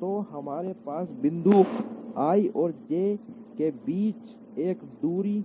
तो हमारे पास बिंदु i और j के बीच एक दूरी